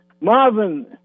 Marvin